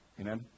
Amen